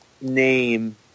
name